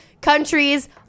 countries